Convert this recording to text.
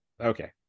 okay